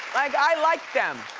i like them,